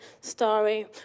story